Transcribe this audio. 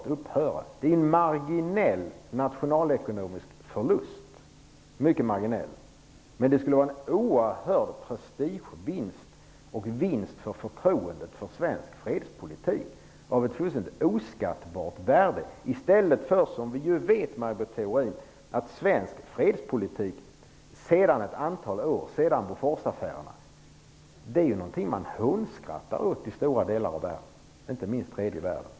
Det skulle innebära en mycket marginell nationalekonomisk förlust men en oerhörd prestigevinst och vinst för förtroendet för svensk fredspolitik av ett fullständigt oskattbart värde. Som vi ju vet, Maj Britt Theorin, är svensk fredspolitik sedan ett antal år efter Boforsaffärerna någonting som man hånskrattar åt i stora delar av världen, inte minst i tredje världen.